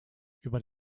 über